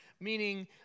meaning